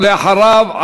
ואחריו,